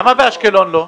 למה באשקלון לא?